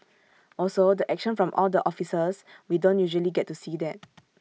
also the action from all the officers we don't usually get to see that